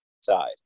side